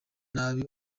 nabi